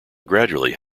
gradually